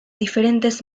diferentes